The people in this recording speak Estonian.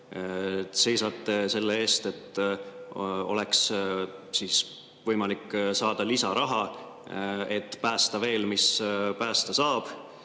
seisate selle eest, et oleks võimalik saada lisaraha, et päästa veel, mis päästa saab,